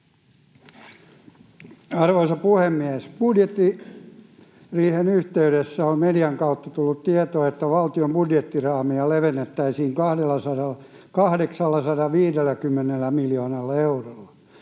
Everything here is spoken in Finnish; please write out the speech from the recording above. Arvoisa puhemies! Budjettiriihen yhteydessä on median kautta tullut tietoa, että valtion budjettiraameja levennettäisiin 850 miljoonalla eurolla.